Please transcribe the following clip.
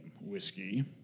whiskey